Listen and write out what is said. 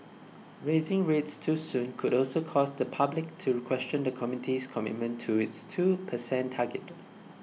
raising rates too soon could also cause the public to question the committee's commitment to its two percent target